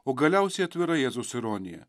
o galiausiai atvira jėzus ironija